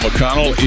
McConnell